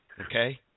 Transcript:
Okay